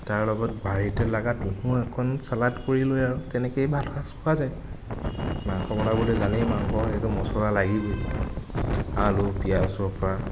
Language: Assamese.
তাৰ লগত বাৰীতে লগা টিহু অকণমান চালাদ কৰি লৈ আৰু তেনেকেই ভাত সাঁজ খোৱা যায় মাংস বনাবলে জানেই মাংস সেইয়াত মছলা লাগিবই আলু পিয়াজৰ পৰা